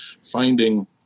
finding